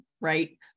right